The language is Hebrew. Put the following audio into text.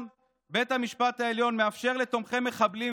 בית המשפט העליון מאפשר לתומכי מחבלים